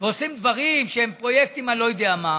ועושים דברים שהם פרויקטים, אני לא יודע מה,